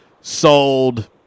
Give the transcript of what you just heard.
sold